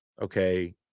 okay